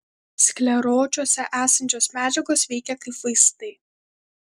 skleročiuose esančios medžiagos veikia kaip vaistai